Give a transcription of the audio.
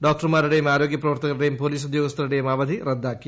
ഡോക്ടർമാരുടെയും ആരോഗ്യ പ്രവർത്തകരുടെയും പൊലീസ് ഉദ്യോഗസ്ഥരുടെയും അവധി റദ്ദാക്കി